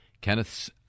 Kenneth